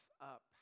up